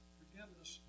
forgiveness